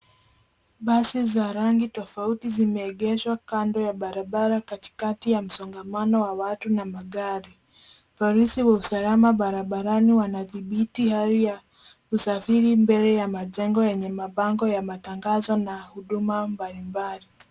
Basi za rangi tofauti zimeeegeshwa kando ya barabara katikati ya msongamano wa watu na magari. Polisi wa usalama barabarani wanadhibiti hali ya usafiri mbele ya majengo yenye mabango ya matangazo na huduma mbalimbali.